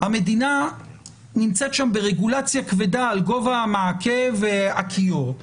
המדינה נמצאת שם ברגולציה כבדה על גובה המעקה והכיור.